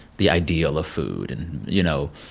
the ideal of food and, you know,